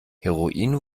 heroin